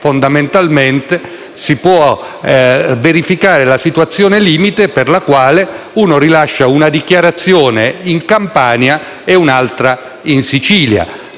fondamentalmente, si può verificare la situazione limite per la quale uno rilascia una dichiarazione in Campania e un'altra in Sicilia,